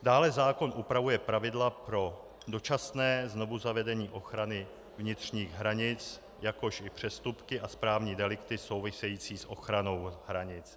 Dále zákon upravuje pravidla pro dočasné znovuzavedení ochrany vnitřních hranic, jakož i přestupky i správní delikty související s ochranou hranic.